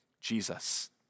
Jesus